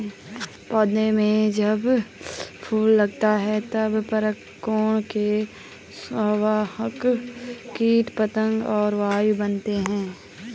पौधों में जब फूल लगता है तब परागकणों के संवाहक कीट पतंग और वायु बनते हैं